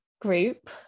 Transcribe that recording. group